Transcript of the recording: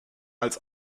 als